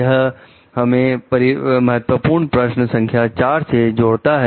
यह हमें महत्वपूर्ण प्रश्न संख्या 4 से जोड़ता है